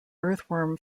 earthworm